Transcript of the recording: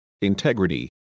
integrity